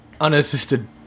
unassisted